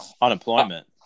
Unemployment